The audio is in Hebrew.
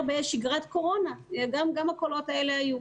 בשגרת קורונה גם הקולות האלה היו.